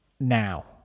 now